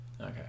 Okay